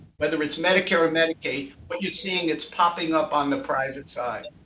whether it's medicare or medicaid, what you're seeing, it's popping up on the private side.